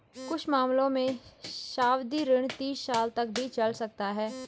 कुछ मामलों में सावधि ऋण तीस साल तक भी चल सकता है